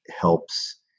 helps